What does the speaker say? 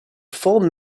full